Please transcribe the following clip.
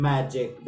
Magic